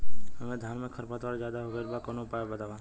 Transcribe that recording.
हमरे धान में खर पतवार ज्यादे हो गइल बा कवनो उपाय बतावा?